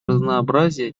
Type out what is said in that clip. разнообразия